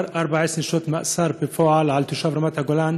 14 שנות מאסר בפועל על תושב רמת הגולן